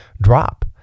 drop